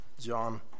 John